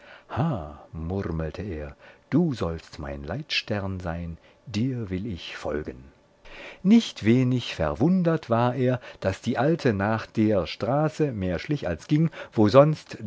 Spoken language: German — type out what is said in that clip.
murmelte er du sollst mein leitstern sein dir will ich folgen nicht wenig verwundert war er daß die alte nach der straße mehr schlich als ging wo sonst